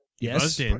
Yes